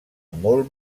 molt